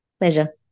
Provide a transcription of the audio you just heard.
Pleasure